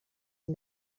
این